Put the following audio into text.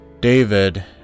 David